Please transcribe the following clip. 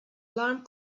alarm